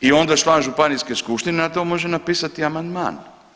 I onda član županijske skupštine na to može napisati amandman.